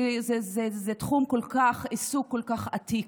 זה עיסוק כל כך עתיק.